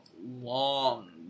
long